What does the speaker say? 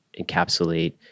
encapsulate